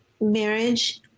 marriage